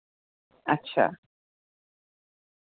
अच्छा